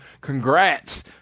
Congrats